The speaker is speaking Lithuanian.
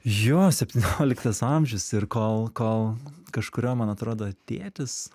jo septynioliktas amžius ir kol kol kažkurio man atrodo tėtis